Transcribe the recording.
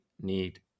need